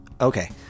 Okay